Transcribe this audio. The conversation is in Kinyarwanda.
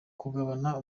kugabana